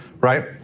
right